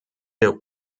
der